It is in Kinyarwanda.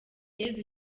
yezu